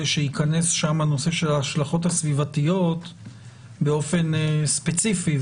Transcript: שייכנס שם הנושא של ההשלכות הסביבתיות באופן ספציפי,